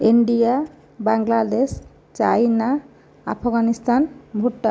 India Bangladesh China Afghanistan Bhutan